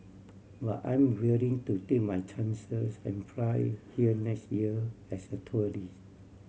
but I'm willing to take my chances and fly here next year as a tourist